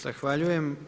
Zahvaljujem.